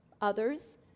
Others